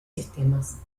sistemas